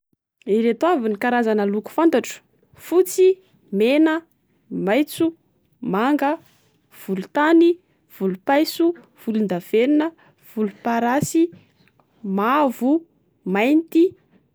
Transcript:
Ireto avy ny karazana loko fantatro :fotsy, mena, maintso, manga, volotany, volopaiso, volondavenina volomparasy, mavo, mainty.